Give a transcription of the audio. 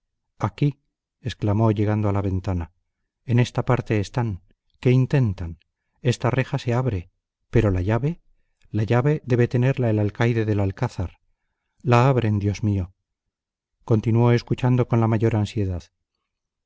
aquí exclamó llegando a la ventana en esta parte están qué intentan esta reja se abre pero la llave la llave debe tenerla el alcaide del alcázar la abren dios mío continuó escuchando con la mayor ansiedad